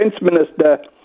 Minister